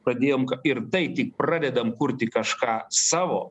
pradėjom ir tai tik pradedam kurti kažką savo